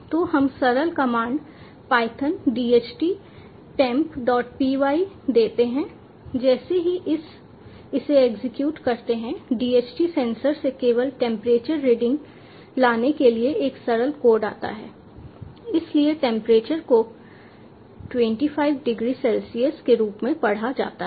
तो हम सरल कमांड python DHTTEMPpy देते हैं जैसे ही इसे एग्जीक्यूट करते हैं DHT सेंसर से केवल टेंपरेचर रीडिंग लाने के लिए एक सरल कोड आता है इसलिए टेंपरेचर को 250 डिग्री सेल्सियस के रूप में पढ़ा जाता है